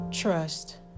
Trust